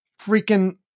freaking